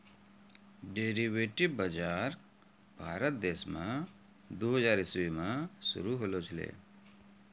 derivative बजार भारत देश मे दू हजार इसवी मे शुरू होलो छै